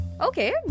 okay